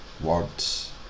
words